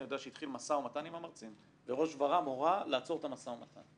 אני יודע שהתחיל משא ומתן עם המרצים וראש ור"מ הורה לעצור את המשא ומתן.